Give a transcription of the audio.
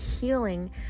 healing